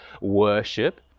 worship